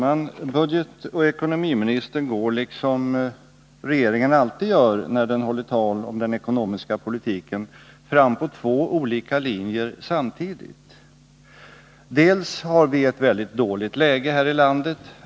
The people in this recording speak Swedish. Fru talman! Ekonomioch budgetministern går, som regeringsmedlemmarna alltid gör när de håller tal om den ekonomiska politiken, fram på två olika linjer samtidigt. Dels har vi ett väldigt dåligt läge här i landet.